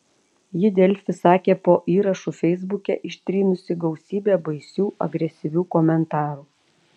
ji delfi sakė po įrašu feisbuke ištrynusi gausybę baisių agresyvių komentarų